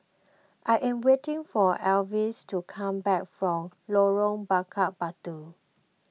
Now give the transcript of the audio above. I am waiting for Alvis to come back from Lorong Bakar Batu